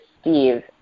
Steve